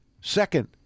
second